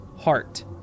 heart